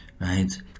right